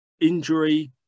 injury